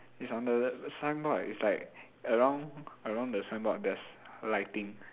is on the signboard is like around around the signboard there's lighting